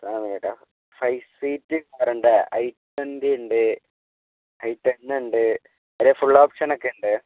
കാറാണ് ചേട്ടാ five seat car ഉണ്ട് ഐ ട്വൻ്റി ഉണ്ട് ഐ ടെന്ന് ഉണ്ട് വേറെ ഫുള്ള് ഓപ്ഷന് ഒക്കെയുണ്ട്